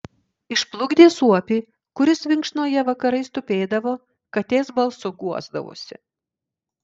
išplukdė suopį kuris vinkšnoje vakarais tupėdavo katės balsu guosdavosi